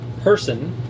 person